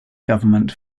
government